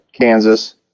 Kansas